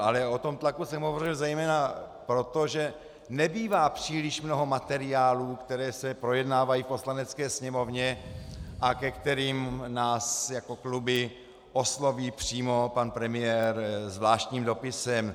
Ale o tom tlaku jsem hovořil zejména proto, že nebývá příliš mnoho materiálů, které se projednávají v Poslanecké sněmovně a ke kterým nás jako kluby osloví přímo pan premiér zvláštním dopisem.